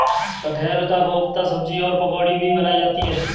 कटहल का कोफ्ता सब्जी और पकौड़ी भी बनाई जाती है